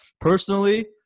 Personally